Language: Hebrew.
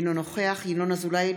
אינו נוכח ינון אזולאי,